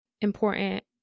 important